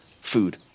food